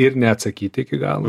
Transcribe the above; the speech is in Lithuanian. ir neatsakyti iki galo